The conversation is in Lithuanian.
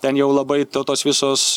ten jau labai to tos visos